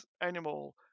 animal